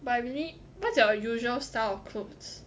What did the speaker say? but I really what's your usual style of clothes